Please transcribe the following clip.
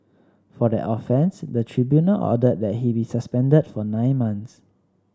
for that offence the tribunal ordered that he be suspended for nine months